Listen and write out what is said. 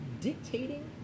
dictating